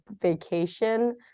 vacation